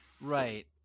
Right